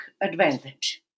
advantage